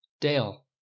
Dale